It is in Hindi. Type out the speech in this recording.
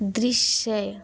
दृश्य